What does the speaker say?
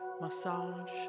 Massage